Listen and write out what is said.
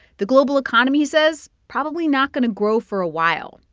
the global economy says probably not going to grow for a while,